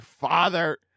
father